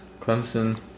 Clemson